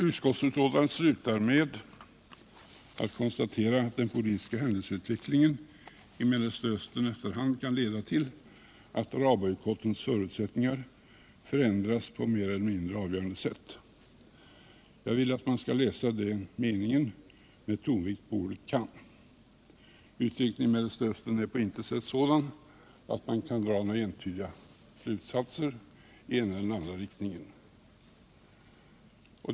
Utskottsbetänkandet slutar med att konstatera att den politiska händelseutvecklingen i Mellersta Östern efter hand kan leda till att arabbojkottens förutsättningar förändras på ett mer eller mindre avgörande sätt. Jag vill att man skall läsa den meningen med tonvikt på ordet kan. Utvecklingen i Mellersta Östern är på intet sätt sådan att man kan dra några entydiga slutsatser.